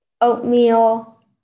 oatmeal